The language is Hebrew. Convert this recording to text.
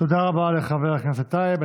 תודה רבה לחבר הכנסת טייב.